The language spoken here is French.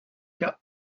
qu’à